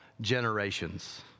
generations